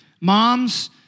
Moms